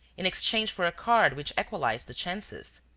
in exchange for a card which equalized the chances.